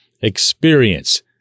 experience